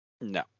No